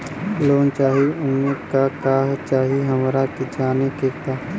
Loan चाही उमे का का चाही हमरा के जाने के बा?